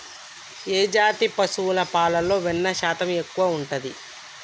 ఏ జాతి పశువుల పాలలో వెన్నె శాతం ఎక్కువ ఉంటది?